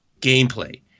Gameplay